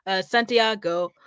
Santiago